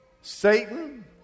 Satan